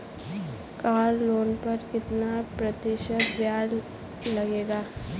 Car loan पर कितना प्रतिशत ब्याज लगेगा?